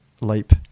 leap